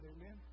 amen